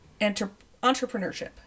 entrepreneurship